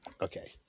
Okay